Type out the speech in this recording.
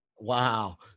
Wow